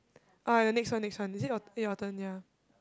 oh ya next one next one is it your your turn ya